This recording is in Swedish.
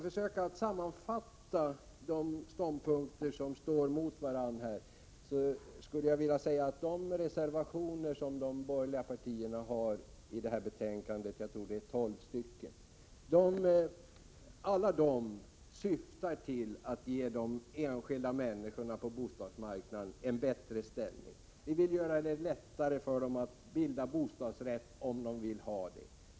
För att sammanfatta de ståndpunkter som står emot varandra: Alla de reservationer som de borgerliga partierna har fogat till detta betänkande — jag tror att det är tolv stycken — syftar till att ge de enskilda människorna en bättre ställning på bostadsmarknaden. Vi vill göra det lättare för dem att bilda bostadsrätter om de vill det.